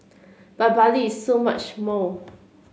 but Bali is so much more